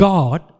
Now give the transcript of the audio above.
God